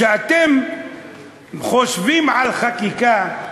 כשאתם חושבים על חקיקה,